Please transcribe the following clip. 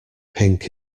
pink